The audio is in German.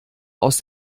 aus